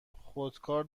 خودکار